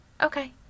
okay